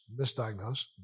misdiagnosed